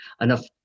enough